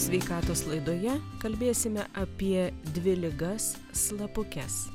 sveikatos laidoje kalbėsime apie dvi ligas slapukes